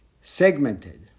segmented